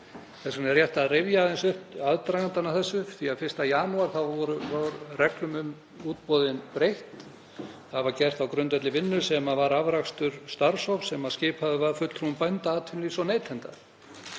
Þess vegna er rétt að rifja aðeins upp aðdragandann að þessu. 1. janúar var reglum um útboðin breytt. Það var gert á grundvelli vinnu sem var afrakstur starfshóps sem skipaður var fulltrúum bænda, atvinnulífs og neytenda.